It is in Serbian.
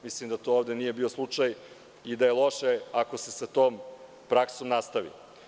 Mislim da to ovde nije bio slučaj i da je loše ako se sa tom praksom nastavi.